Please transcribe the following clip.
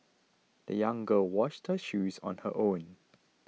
the young girl washed her shoes on her own